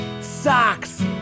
Socks